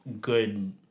good